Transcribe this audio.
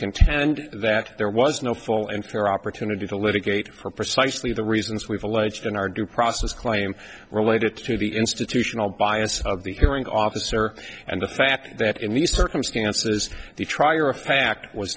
contend that there was no full and fair opportunity to litigate for precisely the reasons we've alleged in our due process claim related to the institutional bias of the hearing officer and the fact that in these circumstances the trier of fact was